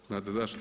Znate zašto?